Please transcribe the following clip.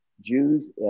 Jews